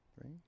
Three